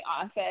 office